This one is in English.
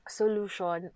solution